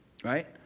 Right